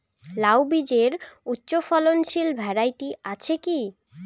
লাউ বীজের উচ্চ ফলনশীল ভ্যারাইটি আছে কী?